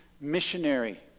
missionary